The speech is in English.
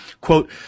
Quote